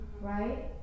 right